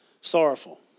sorrowful